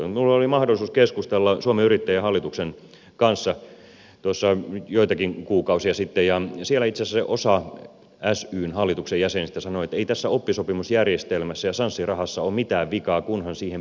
minulla oli mahdollisuus keskustella suomen yrittäjien hallituksen kanssa tuossa joitakin kuukausia sitten ja siellä itse asiassa osa syn hallituksen jäsenistä sanoi että ei tässä oppisopimusjärjestelmässä ja sanssi rahassa ole mitään vikaa kunhan siihen perehtyy huolella